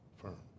firm